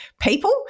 people